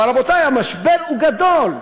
אבל, רבותי, המשבר גדול.